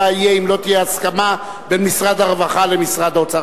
מה יהיה אם לא תהיה הסכמה בין משרד הרווחה למשרד האוצר.